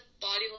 body